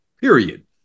period